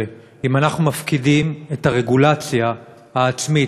אם אנחנו מפקידים את הרגולציה העצמית,